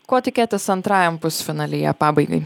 ko tikėtis antrajam pusfinalyje pabaigai